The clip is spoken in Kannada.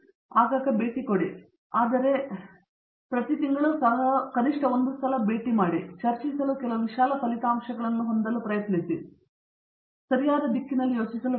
ಆದರೆ ಒಂದು ವಾರದಲ್ಲೇ ನಿಸ್ಸಂಶಯವಾಗಿ ಒಳ್ಳೆಯದು ಆದರೆ ಪ್ರತಿ ತಿಂಗಳೂ ಸಹ ಕನಿಷ್ಠ ಒಂದು ತಿಂಗಳು ನಿಮ್ಮ ಸಹೋದ್ಯೋಗಿಗಳೊಂದಿಗೆ ಕುಳಿತುಕೊಳ್ಳಿ ಮತ್ತು ಚರ್ಚಿಸಲು ಕೆಲವು ವಿಶಾಲ ಫಲಿತಾಂಶಗಳನ್ನು ನೋಡಲು ಪ್ರಯತ್ನಿಸಿ ನೀವು ಏನು ಸಿಕ್ಕಿದೆ ಎಂದು ಯೋಚಿಸುತ್ತೀರಾ